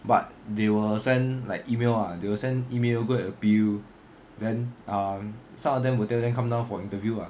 but they will send like email ah they will send email go and appeal then um some of them will tell them come down for interview ah